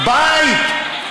בית.